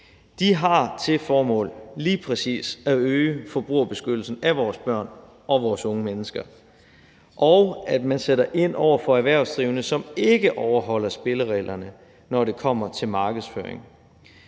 har til formål lige præcis at øge forbrugerbeskyttelsen af vores børn og vores unge mennesker; forslaget sætter ind over for erhvervsdrivende, som ikke overholder spillereglerne, når det kommer til markedsføring.